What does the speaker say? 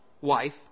wife